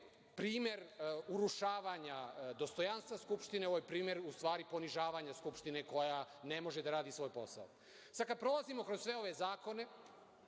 primer urušavanja dostojanstva Skupštine. Ovo je primer u stvari ponižavanja Skupštine koja ne može da radi svoj posao. Sada kada prolazimo kroz sve ove zakone,